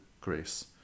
grace